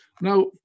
Now